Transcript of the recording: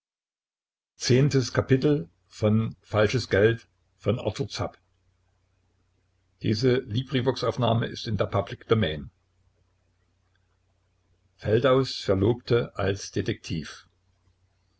beschwichtigen feldaus verlobte als detektiv